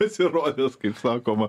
pasirodęs kaip sakoma